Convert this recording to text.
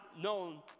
known